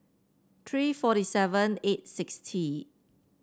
three forty seven eight sixty